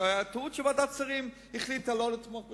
שזאת היתה טעות שוועדת השרים החליטה לא לתמוך בשר"פ.